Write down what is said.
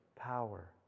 power